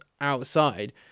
outside